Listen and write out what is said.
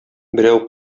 берәү